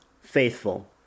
faithful